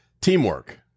teamwork